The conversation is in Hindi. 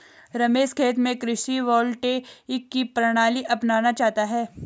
रमेश खेत में कृषि वोल्टेइक की प्रणाली अपनाना चाहता है